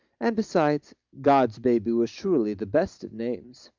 and, besides, god's baby was surely the best of names!